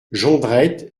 jondrette